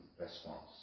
response